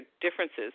differences